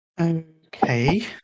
Okay